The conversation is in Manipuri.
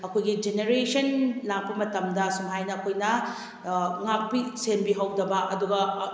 ꯑꯩꯈꯣꯏꯒꯤ ꯖꯦꯅꯦꯔꯦꯁꯟ ꯂꯥꯛꯄ ꯃꯇꯝꯗ ꯁꯨꯝꯍꯥꯏꯅ ꯑꯩꯈꯣꯏꯅ ꯉꯥꯛꯄꯤ ꯁꯦꯟꯕꯤꯍꯧꯗꯕ ꯑꯗꯨꯒ